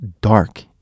dark